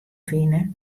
fine